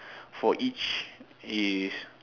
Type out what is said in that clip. for each is